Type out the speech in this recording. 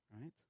right